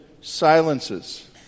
silences